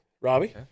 Robbie